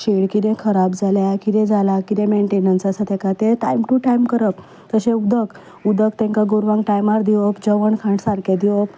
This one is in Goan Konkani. शेड कितें कराब जाल्या कितें जालां कितें मॅन्टेनन्स आसा ताका तें टायम टू टायम करप तशें उदक उदक तांकां गोरवांक टायमार दिवप जेवण खाण सारकें दिवप